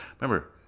Remember